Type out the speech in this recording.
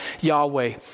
Yahweh